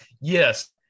Yes